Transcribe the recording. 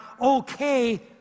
okay